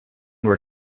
were